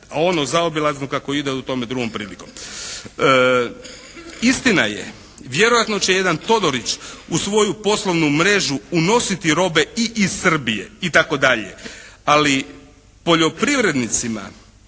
a ono zaobilazno kako ide, o tome drugom prilikom. Istina je, vjerojatno će jedan Todorić u svoju poslovnu mrežu unositi robe i iz Srbije itd., ali poljoprivrednicima